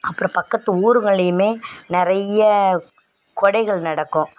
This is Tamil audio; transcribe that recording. அப்புறம் பக்கத்து ஊர்கள்லையுமே நிறைய கொடைகள் நடக்கும்